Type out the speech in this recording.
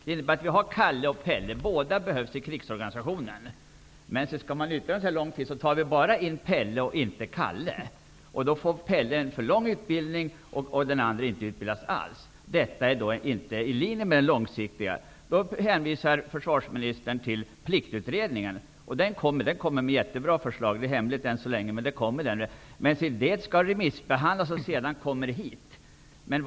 Vi kan ta Kalle och Pelle som exempel. Båda behövs i krigsorganisationen. Men om de skall utbildas under en viss tid har man nu bara möjlighet att ta in Pelle. Pelle får då en för lång utbildning, medan Kalle inte utbildas alls. Detta är inte i linje med de långsiktiga idéerna. Försvarsministern hänvisar till Pliktutredningen. Den utredningen kommer med mycket bra förslag, men det är ännu så länge hemligt. Förslagen skall remissbehandlas innan de kommer till riksdagen.